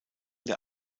der